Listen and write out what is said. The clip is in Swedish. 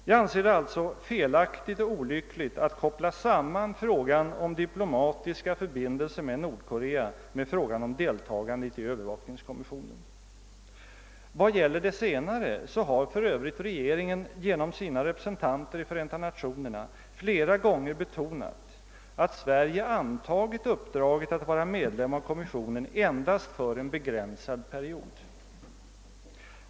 Jag anser det alltså felaktigt och olyckligt att koppla samman frågan om diplomatiska förbindelser med Nordkorea med frågan om deltagandet i övervakningskommissionen. Vad gäller det senare har för övrigt regeringen genom sina representanter i Förenta nationerna flera gånger betonat, att Sverige antagit uppdraget att vara medlem av kommissionen endast för en begränsad period.